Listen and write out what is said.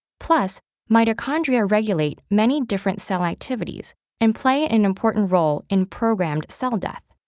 plus mitochondria regulate many different cell activities and play an important role in programmed cell death.